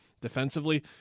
defensively